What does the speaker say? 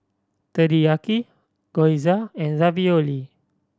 Teriyaki Gyoza and Ravioli